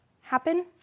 happen